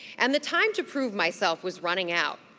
and the time to prove myself was running out.